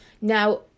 Now